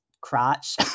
crotch